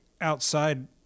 outside